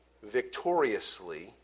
victoriously